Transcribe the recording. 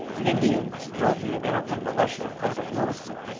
the indians drove the american militia out of lewiston,